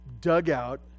dugout